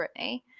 Britney